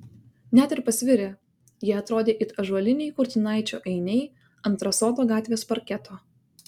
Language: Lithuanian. net ir pasvirę jie atrodė it ąžuoliniai kurtinaičio ainiai ant rasoto gatvės parketo